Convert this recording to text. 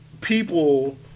people